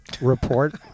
report